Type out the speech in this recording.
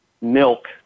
milk